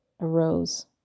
arose